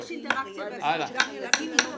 הלאה.